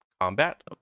combat